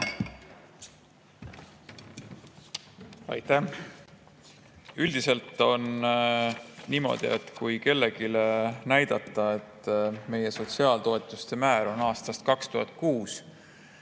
Aitäh! Üldiselt on niimoodi, et kui kellelegi näidata, et meie sotsiaaltoetuste määr on pärit aastast 2006,